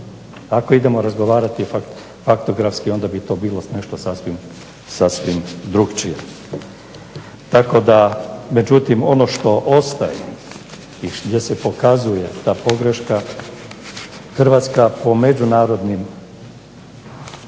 Ako idemo razgovarati faktografski onda bi to bilo nešto sasvim drukčije. Međutim, ono što ostaje i gdje se pokazuje ta pogreška, Hrvatska po međunarodnim